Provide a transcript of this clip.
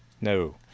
No